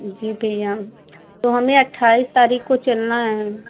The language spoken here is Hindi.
जी भैया तो हमें अट्ठाईस तारीख़ को चलना है